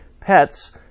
pets